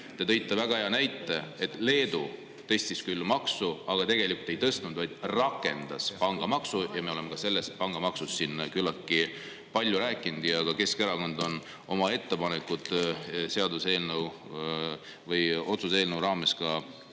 Te tõite väga hea näite, et Leedu tõstis maksu. Aga tegelikult ei tõstnud, vaid rakendas pangamaksu. Me oleme sellest pangamaksust siin küllaltki palju rääkinud ja ka Keskerakond on oma ettepanekud otsuse eelnõu raames